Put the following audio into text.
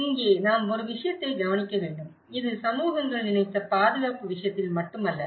இங்கே நாம் ஒரு விஷயத்தை கவனிக்க வேண்டும் இது சமூகங்கள் நினைத்த பாதுகாப்பு விஷயத்தில் மட்டுமல்ல